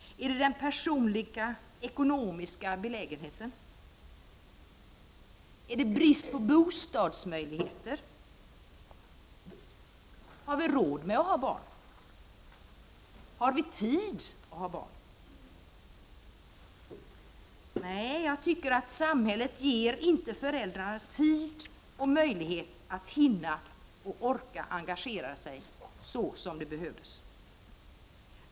Är det den personliga ekonomiska belägenheten? Är det brist på bostadsmöjlighet? Har vi råd med att ha barn? Har vi tid att ha barn? Nej, jag tycker inte att samhället ger föräldrarna tid och möjlighet att hinna och orka engagera sig så mycket som det behövs.